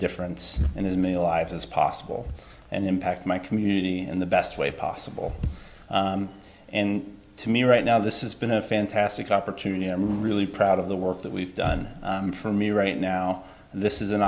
difference and as many lives as possible and impact my community and the best way possible and to me right now this is been a fantastic opportunity i'm really proud of the work that we've done for me right now this is an